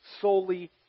solely